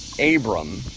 Abram